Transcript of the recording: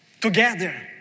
together